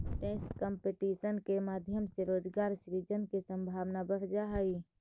tax competition के माध्यम से रोजगार सृजन के संभावना बढ़ जा हई